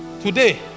today